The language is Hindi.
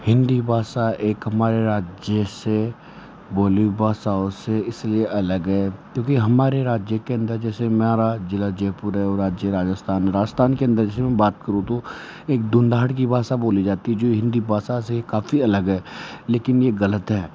हिंदी भाषा एक हमारे राज्य से बोली भाषाओं से इसलिए अलग है क्योंकि हमारे राज्य के अंदर जैसे मेरा ज़िला जयपुर है और राज्य राजस्थान राजस्थान के अंदर जैसे मैं बात करूँ तो एक दूनधाड़ की भाषा बोली जाती जो हिंदी भाषा से काफी अलग है लेकिन यह गलत है